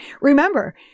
Remember